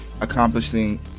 accomplishing